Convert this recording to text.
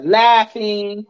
laughing